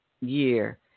year